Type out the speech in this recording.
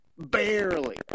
barely